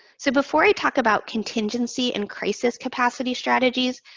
so, before i talk about contingency and crisis capacity strategies,